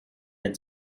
been